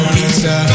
pizza